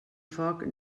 foc